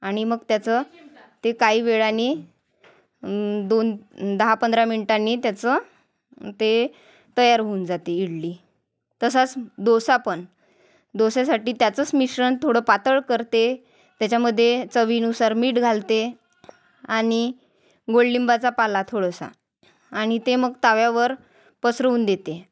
आणि मग त्याचं ते काही वेळाने दोन दहा पंधरा मिनटांनी त्याचं ते तयार होऊन जाते इडली तसाच दोसा पण दोस्यासाठी त्याचंच मिश्रण थोडं पातळ करते त्याच्यामध्ये चवीनुसार मीठ घालते आणि गोडलिंबाचा पाला थोडासा आणि ते मग तव्यावर पसरवून देते